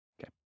Okay